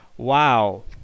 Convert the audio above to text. Wow